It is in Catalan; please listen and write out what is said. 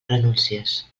renúncies